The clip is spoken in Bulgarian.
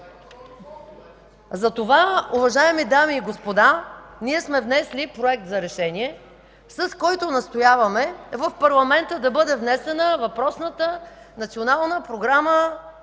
Затова, уважаеми дами и господа, ние сме внесли Проект за решение, с който настояваме в парламента да бъде внесена въпросната Национална програма